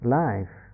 life